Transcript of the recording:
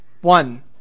One